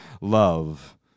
love